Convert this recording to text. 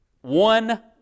One